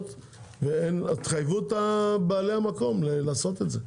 אז תחייבו את בעלי המקום לעשות את זה,